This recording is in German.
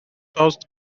baust